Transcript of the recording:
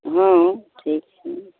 हँ ठीक छै